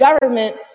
government